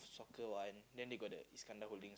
soccer one then they got the Iskandar holdings